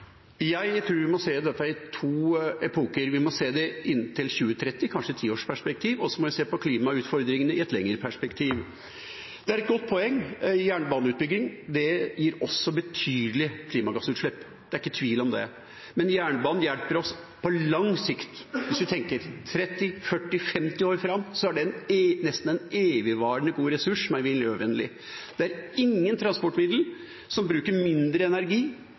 Jeg tror vi må se dette i to epoker. Vi må se det kanskje i et tiårsperspektiv, til 2030, og så må vi se på klimautfordringene i et lengre perspektiv. Det er et godt poeng. Jernbaneutbygging gir også betydelige klimagassutslipp, det er ikke tvil om det, men jernbanen hjelper oss på lang sikt. Hvis vi tenker 30, 40, 50 år framover, så er det en nesten evigvarende, god ressurs som er miljøvennlig. Det er ikke noe transportmiddel som bruker mindre energi